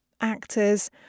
actors